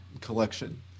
collection